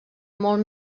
molt